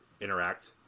interact